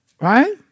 Right